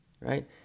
Right